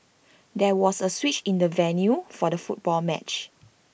there was A switch in the venue for the football match